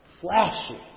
flashy